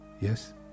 yes